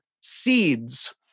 seeds